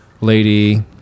lady